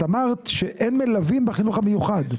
אמרת שאין מלווים בחינוך המיוחד.